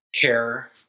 care